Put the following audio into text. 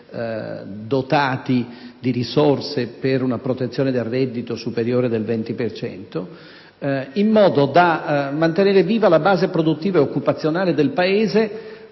dotati di risorse per una protezione del reddito superiore del 20 per cento, in modo da mantenere viva la base produttiva e occupazionale del Paese